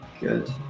good